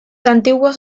antiguos